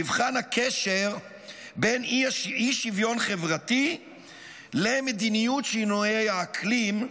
נבחן הקשר בין אי-שוויון חברתי למדיניות שינויי האקלים,